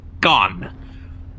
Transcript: gone